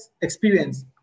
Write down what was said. experience